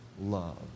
love